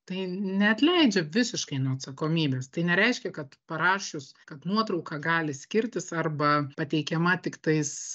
tai neatleidžia visiškai nuo atsakomybės tai nereiškia kad parašius kad nuotrauka gali skirtis arba pateikiama tiktais